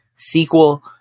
Sequel